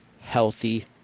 healthy